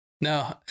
no